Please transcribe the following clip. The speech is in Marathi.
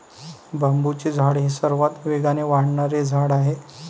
बांबूचे झाड हे सर्वात वेगाने वाढणारे झाड आहे